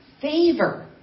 favor